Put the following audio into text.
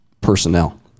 personnel